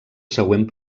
següent